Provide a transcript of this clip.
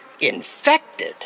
infected